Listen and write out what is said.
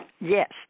yes